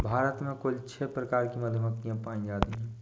भारत में कुल छः प्रकार की मधुमक्खियां पायी जातीं है